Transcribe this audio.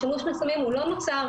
השימוש בסמים לא נוצר